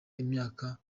imyaka